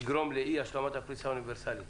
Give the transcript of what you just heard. ובסופו של דבר יגרום לאי השלמת הפריסה האוניברסלית.